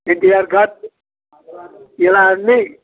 ఎన్ టి ఆర్ ఘాట్ ఇలా అన్నీ